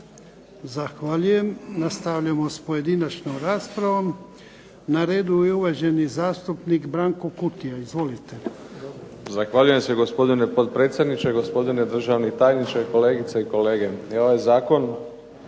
Zahvaljujem. Nastavljamo s pojedinačnom raspravom. Na redu je uvaženi zastupnik Branko Kutija. Izvolite. **Kutija, Branko (HDZ)** Zahvaljujem se gospodine potpredsjedniče, gospodine državni tajniče, kolegice i kolege.